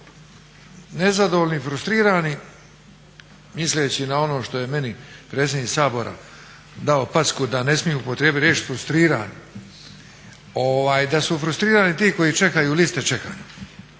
nezadovoljni i frustrirani misleći na ono što je meni predsjednik Sabora dao packu da ne smijem upotrijebit riječ frustriran. Da su frustrirani ti koji čekaju liste čekanja